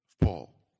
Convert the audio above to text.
Paul